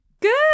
Good